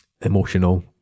emotional